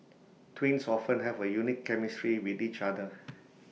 twins often have A unique chemistry with each other